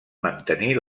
mantenir